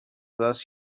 thus